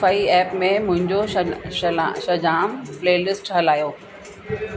Spotify app में मुंहिंजो शना शला शजाम प्लेलिस्ट हलायो